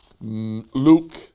Luke